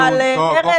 אני מוכן להקשיב.